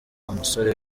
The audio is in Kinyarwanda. umusore